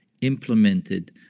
implemented